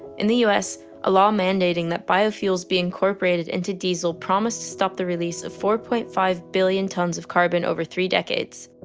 in the us a law mandating that biofuels be incorporated into diesel promised to stop the release of four point five billion tons of carbon over three decades.